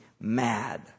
mad